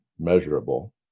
measurable